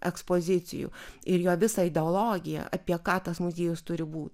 ekspozicijų ir jo visą ideologiją apie ką tas muziejus turi būt